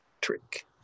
trick